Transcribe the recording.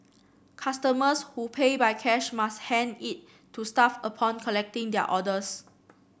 customers who pay by cash must hand it to staff upon collecting their orders